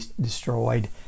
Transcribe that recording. destroyed